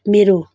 मेरो